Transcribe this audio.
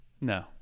No